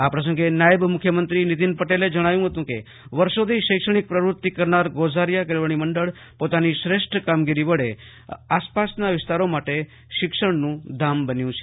આ પ્રસંગે નાયબ મુખ્યમંત્રી નીતિન પટેલે જણાવ્યુ હતું કે વર્ષોથી શૈક્ષણિક પ્રવૃતિ કરનાર ગોઝારીયા કેળવણી મંડળ પોતાની શ્રેષ્ઠ કામગીરી વડે આસપાસના વિસ્તારો માટે શિક્ષણનું ધામ બન્યું છે